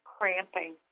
cramping